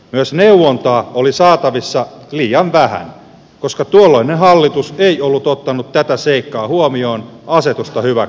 myös neuvontaa oli saatavissa liian vähän koska tuolloinen hallitus ei ollut ottanut tätä seikkaa huomioon asetusta hyväksyessään